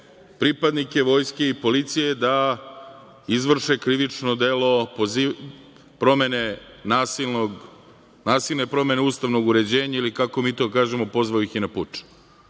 pripadnike vojske i policije da izvrše krivično delo nasilne promene ustavnog uređenja ili kako mi to kažemo pozvao ih je na puč. Ovo